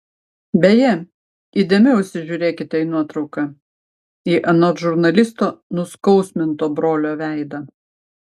beje įdėmiau įsižiūrėkite į nuotrauką į anot žurnalisto nuskausminto brolio veidą